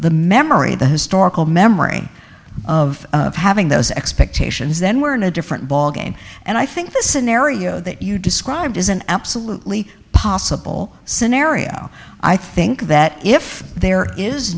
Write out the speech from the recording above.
the memory the historical memory of having those expectations then we're in a different ballgame and i think the scenario that you described is an absolutely possible scenario i think that if there is